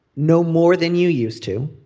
no more than you used to.